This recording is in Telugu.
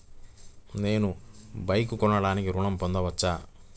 నేను బైక్ కొనటానికి ఋణం పొందవచ్చా?